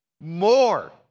more